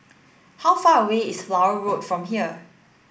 how far away is Flower Road from here